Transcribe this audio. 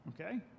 Okay